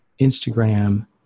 Instagram